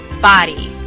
body